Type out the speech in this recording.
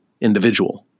individual